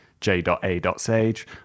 j.a.sage